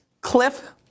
Cliff